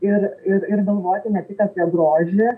ir ir ir galvoti ne tik apie grožį